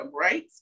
right